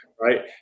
Right